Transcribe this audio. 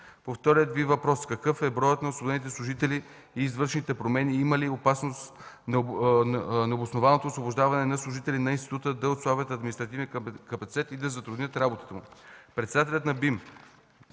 По втория Ви въпрос: какъв е броят на освободените служители и извършените промени и има ли опасност необоснованото освобождаване на служители на института да отслаби административният капацитет и да затрудни работата му?